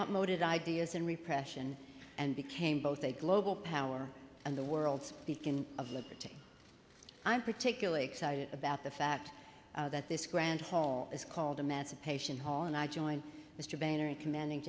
outmoded ideas and repression and became both a global power and the world's beacon of liberty i'm particularly excited about the fact that this grand hall is called emancipation hall and i join mr boehner in commending